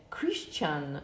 Christian